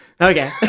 Okay